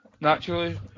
naturally